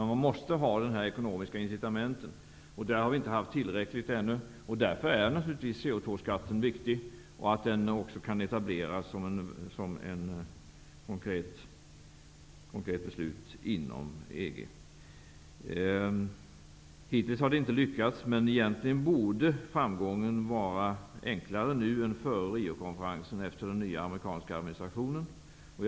Man måste ha de ekonomiska incitamenten. Vi har inte haft tillräckliga sådana ännu. Därför är CO2-skatten naturligtvis viktig. Det är också viktigt att den kan etableras konkret inom EG. Hittills har det inte lyckats, men egentligen borde framgången nu, efter den nya amerikanska administrationen, vara enklare att nå än före Riokonferensen.